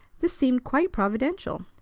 this seemed quite providential.